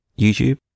YouTube